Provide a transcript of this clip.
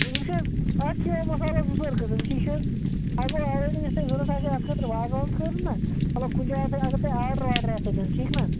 وچھ حظ اتھ چھِ مَسالَس زٕ ژور قسم ٹھیٖک چھ حظ اکھ گوٚو آلریٚڈی یُس تۄہہِ ضوٚرتھ آسیٚو وازوان خٲطرٕ نا مطلب اگر تۄہہِ کُنہ جایہ آسیٚو آرڈر وارڈر دیُن ٹھیٖک چھُ نہ